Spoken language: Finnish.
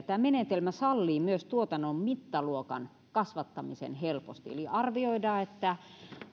tämä menetelmä sallii myös tuotannon mittaluokan kasvattamisen helposti eli arvioidaan että